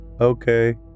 Okay